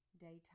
Daytime